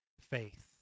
faith